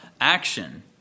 action